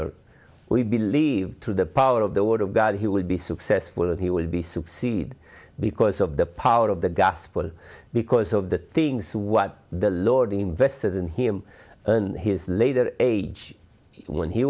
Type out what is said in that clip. e we believe through the power of the word of god he will be successful and he will be succeed because of the power of the gospel because of the things what the lord invested in him in his later age when he